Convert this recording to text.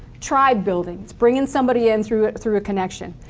tribe building. it's bringing somebody in through through a connection.